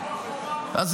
הוא החומה מול הממשל הרע הזה.